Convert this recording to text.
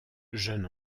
jeune